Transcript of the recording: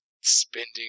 spending